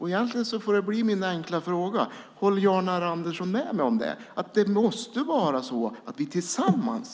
Håller Jan R Andersson med mig om att vi måste göra detta tillsammans?